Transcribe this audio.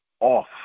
off